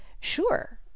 Sure